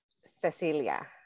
Cecilia